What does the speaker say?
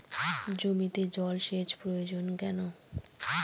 জমিতে জল সেচ প্রয়োজন কেন?